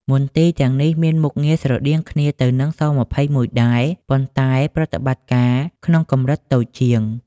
មន្ទីរទាំងនេះមានមុខងារស្រដៀងគ្នាទៅនឹង ស-២១ ដែរ ប៉ុន្តែប្រតិបត្តិការក្នុងកម្រិតតូចជាង។